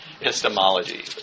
Epistemology